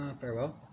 Farewell